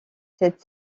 cette